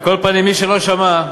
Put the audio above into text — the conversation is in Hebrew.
על כל פנים, מי שלא שמע,